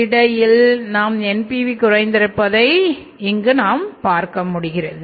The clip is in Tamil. இடையில் நாம் NPV குறைந்திருப்பதை எவ்வளவு என்று பார்ப்போம்